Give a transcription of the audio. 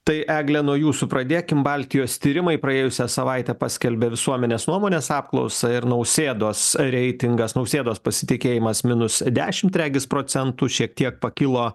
tai egle nuo jūsų pradėkim baltijos tyrimai praėjusią savaitę paskelbė visuomenės nuomonės apklausą ir nausėdos reitingas nausėdos pasitikėjimas minus dešimt regis procentų šiek tiek pakilo